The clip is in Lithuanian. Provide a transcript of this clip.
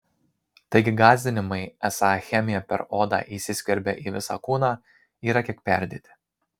taigi gąsdinimai esą chemija per odą įsiskverbia į visą kūną yra kiek perdėti